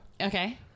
Okay